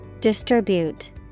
Distribute